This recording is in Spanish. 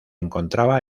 encontraba